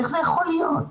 איך זה יכול להיות?